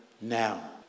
now